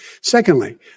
Secondly